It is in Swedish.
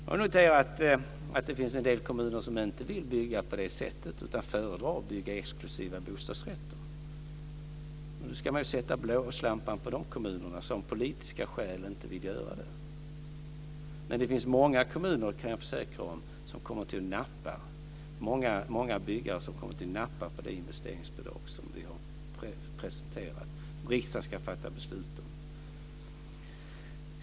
Jag har noterat att det finns en del kommuner som inte vill bygga på det sättet utan föredrar att bygga exklusiva bostadsrätter. Då ska man sätta blåslampan på de kommuner som av politiska skäl inte vill göra detta. Men det finns många kommuner, det kan jag försäkra, som kommer att nappa. Det finns många byggare som kommer att nappa på det investeringsbidrag som vi har presenterat och som riksdagen ska fatta beslut om.